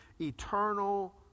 eternal